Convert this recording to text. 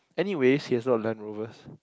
anyways he has a lot of Land Rovers